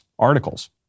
Articles